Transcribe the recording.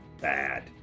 bad